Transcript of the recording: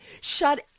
shut